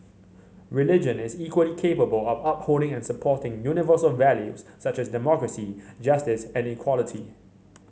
religion is equally capable of upholding and supporting universal values such as democracy justice and equality